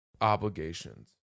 obligations